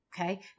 okay